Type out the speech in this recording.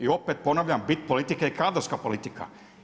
I opet ponavljam bit politike je kadrovska politika.